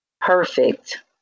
perfect